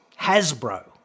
Hasbro